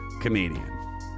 comedian